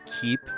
keep